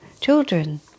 children